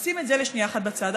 נשים את זה לשנייה אחת בצד,